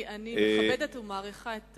אני מכבדת ומעריכה את